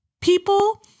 people